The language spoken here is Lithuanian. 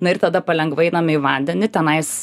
na ir tada palengva einame į vandenį tenais